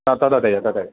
आ तथैव तथैव